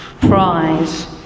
prize